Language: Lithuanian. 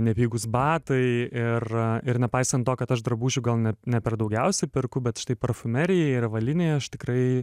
nepigūs batai ir ir nepaisant to kad aš drabužių gal net ne per daugiausiai perku bet štai parfumerijai ir avalynei aš tikrai